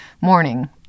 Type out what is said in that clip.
morning